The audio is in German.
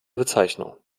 bezeichnung